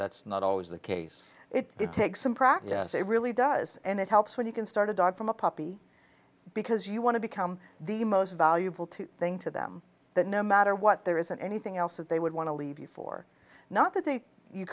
that's not always the case it takes some practice it really does and it helps when you can start a dog from a puppy because you want to become the most valuable to thing to them that no matter what there isn't anything else that they would want to leave you for not that they you